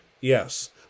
yes